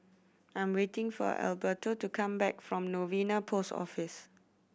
I'm waiting for Alberto to come back from Novena Post Office